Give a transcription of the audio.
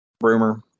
rumor